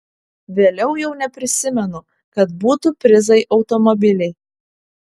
vėliau jau neprisimenu kad būtų prizai automobiliai